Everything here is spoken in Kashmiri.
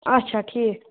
اچھا ٹھیٖک